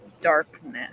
darkness